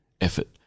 effort